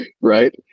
right